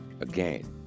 again